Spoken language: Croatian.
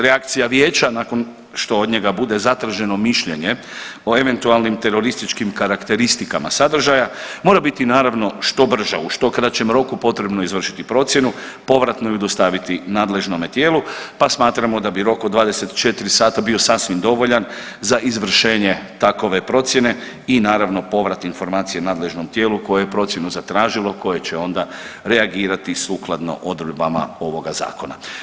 Reakcija Vijeća nakon što od njega bude zatraženo mišljenje o eventualnim terorističkim karakteristikama sadržaja mora biti naravno, što brža, u što kraćem roku, potrebno je izvršiti procjenu, povratno ju dostaviti nadležnome tijelu pa smatramo da bi rok od 24 sata bio sasvim dovoljan za izvršenje takove procjene i naravno, povrat informacije nadležnom tijelu koje je procjenu zatražilo, koje će onda reagirati sukladno odredbama ovoga Zakona.